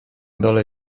dole